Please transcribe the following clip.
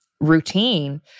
routine